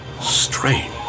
Strange